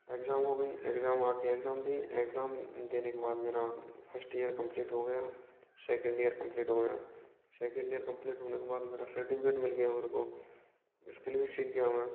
exam हो गई exam आ कर इग्ज़ाम दी इग्ज़ाम देने के बाद मेरा फर्स्ट ईयर कम्प्लीट हो गया सेकंड ईयर कम्प्लीट हो गया सेकंड ईयर कम्प्लीट होने के बाद मेरा सर्टिफिकेट मिल गया और को स्किल भी सीख गया मैं